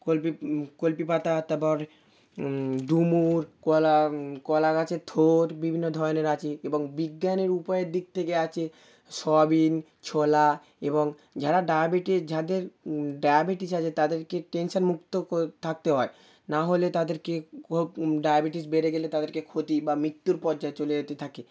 পাতা তারপর ডুমুর কলা কলা গাছে থোড় বিভিন্ন ধরনের আছে এবং বিজ্ঞানের উপায়ের দিক থেকে আছে সোয়াবিন ছোলা এবং যারা ডায়বেটিস যাদের ডায়বেটিস আছে তাদেরকে টেনশানমুক্ত থাকতে হয় না হলে তাদেরকে ডায়বেটিস বেড়ে গেলে তাদেরকে ক্ষতি বা মৃত্যুর পর্যায়ে চলে যেতে থাকে